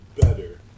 better